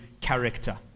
character